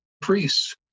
priests